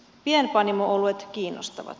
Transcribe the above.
pienpanimo oluet kiinnostavat